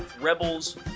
Rebels